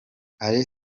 alain